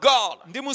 God